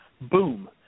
Boom